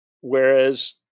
Whereas